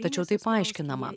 tačiau tai paaiškinama